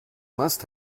must